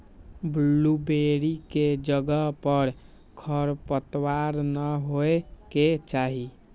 blueberry के जगह पर खरपतवार न होए के चाहि